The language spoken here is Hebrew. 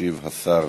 ישיב השר